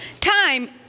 time